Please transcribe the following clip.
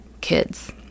kids